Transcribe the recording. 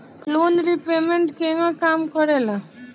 Loan repayment केगा काम करेला?